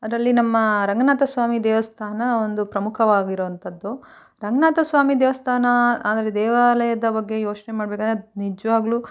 ಅದರಲ್ಲಿ ನಮ್ಮ ರಂಗನಾಥ ಸ್ವಾಮಿ ದೇವಸ್ಥಾನ ಒಂದು ಪ್ರಮುಖವಾಗಿರುವಂಥದ್ದು ರಂಗನಾಥ ಸ್ವಾಮಿ ದೇವಸ್ಥಾನ ಅಂದರೆ ದೇವಾಲಯದ ಬಗ್ಗೆ ಯೋಚನೆ ಮಾಡಬೇಕಾದ್ರೆ ಅದು ನಿಜವಾಗ್ಲೂ